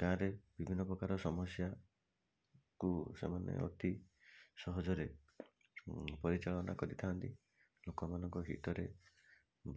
ଗାଁରେ ବିଭିନ୍ନ ପ୍ରକାର ସମସ୍ୟାକୁ ସେମାନେ ଅତି ସହଜରେ ପରିଚାଳନା କରିଥାନ୍ତି ଲୋକମାନଙ୍କ ହିତରେ